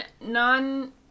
non